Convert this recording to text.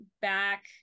back